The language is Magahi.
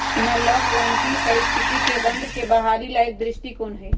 एनालॉग वानिकी पारिस्थितिकी तंत्र के बहाली ला एक दृष्टिकोण हई